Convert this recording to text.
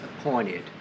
appointed